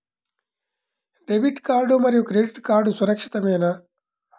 Debit card మరియు credit card సురక్షితమేనా?